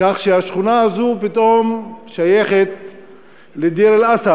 כך שהשכונה הזאת פתאום שייכת לדיר-אלאסד,